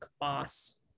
boss